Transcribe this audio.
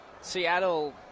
Seattle